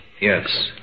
Yes